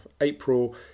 April